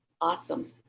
awesome